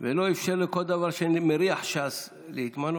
ולא אפשר לכל דבר שמריח ש"ס להתמנות.